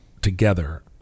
together